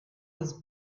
was